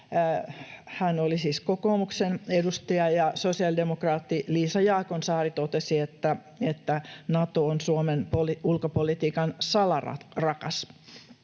Hän oli siis kokoomuksen edustaja. Ja sosiaalidemokraatti Liisa Jaakonsaari totesi, että Nato on Suomen ulkopolitiikan salarakas.